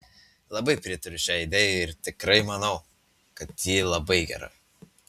labai pritariu šiai idėjai ir tikrai manau kad ji labai gera